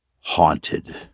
Haunted